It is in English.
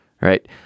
Right